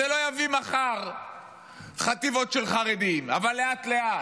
זה לא יביא מחר חטיבות של חרדים, אבל לאט-לאט.